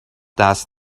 دست